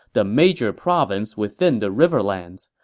the major province within the riverlands.